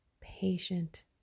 patient